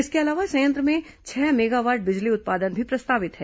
इसके अलावा संयंत्र में छह मेगावाट बिजली उत्पादन भी प्रस्तावित है